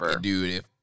Dude